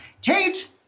Tate